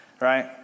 Right